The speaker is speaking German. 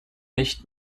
nicht